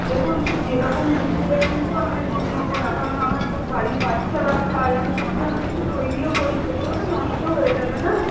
দেখুন এরকম দুধ দিলে কিন্তু আমি দুধ নেবো না কারণ আমার দুধ বাড়ির বাচ্চারা খায় আমি দুধ দিয়ে অনেক কিছু তৈরিও করি সেগুলো তো নষ্ট হয়ে যাবে না